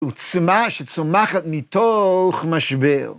עוצמה שצומחת מתוך משבר.